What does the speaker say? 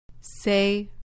Say